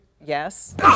yes